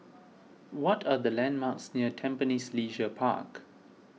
what are the landmarks near Tampines Leisure Park